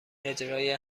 اجرای